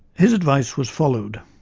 his advice was followed.